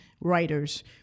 writers